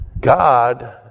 God